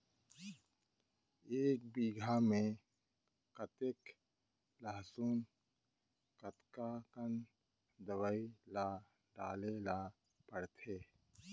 एक बीघा में कतेक लहसुन कतका कन दवई ल डाले ल पड़थे?